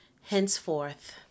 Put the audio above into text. henceforth